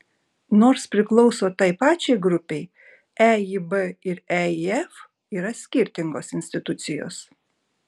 nors priklauso tai pačiai grupei eib ir eif yra skirtingos institucijos